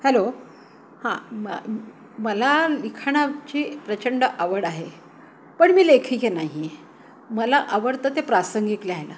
hello हां म मला लिखाणाची प्रचंड आवड आहे पण मी लेखिका नाहीये मला आवडतं ते प्रासंगिक लिहायला